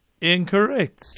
Incorrect